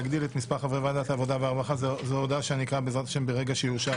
כי אין לנו פה קוורום מתאים